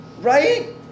right